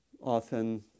Often